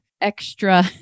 extra